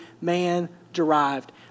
man-derived